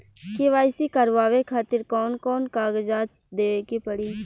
KYC करवावे खातिर कौन कौन कागजात देवे के पड़ी?